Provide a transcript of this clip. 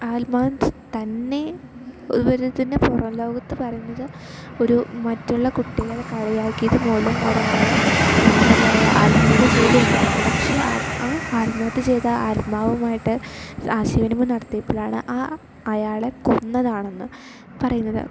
ആത്മാവ് തന്നെ ഒരു ഇതിന് പുറം ലോകത്ത് പറയുന്നത് ഒരു മറ്റുള്ള കുട്ടികൾ കളിയാക്കിയത് മൂലം ഒരാൾ എന്താണ് പറയുക ആത്മത്യ ചെയ്തു എന്നായിരുന്നു പക്ഷെ ആ ആത്മത്യ ചെയ്ത ആത്മാവുമായിട്ട് ആശയവിനിമ നടത്തിയപ്പോഴാണ് ആ അയാളെ കൊന്നതാണെന്ന് പറയുന്നത്